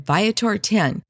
Viator10